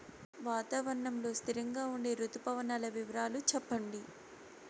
వాతావరణం లో స్థిరంగా ఉండే రుతు పవనాల వివరాలు చెప్పండి?